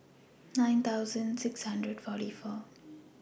nine thousand six hundred forty four